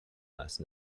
last